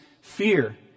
fear